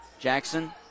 Jackson